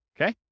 okay